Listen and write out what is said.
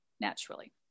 naturally